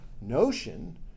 notion